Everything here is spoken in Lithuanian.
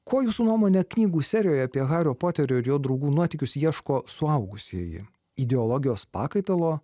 ko jūsų nuomone knygų serijoje apie hario poterio ir jo draugų nuotykius ieško suaugusieji ideologijos pakaitalo